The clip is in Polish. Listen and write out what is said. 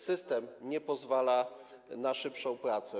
System nie pozwala na szybszą pracę.